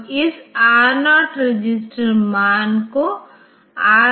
तो यह आपका 64 एमबी जगह है यह उस मेमोरी एड्रेसको धारण करने के लिए आवश्यक होगा